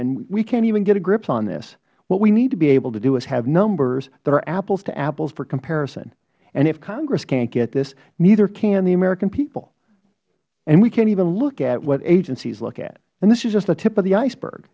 and we can't even get a grip on this what we need to be able to do is have numbers that are apples to apples for comparison and if congress can't get this neither can the american people and we can't even look at what agencies look at and this is just the tip of the iceberg